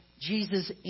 Jesus